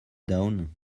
done